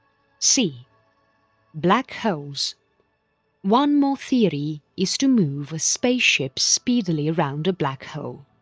c black holes one more theory is to move a spaceship speedily around a black hole.